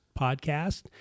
podcast